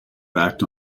backed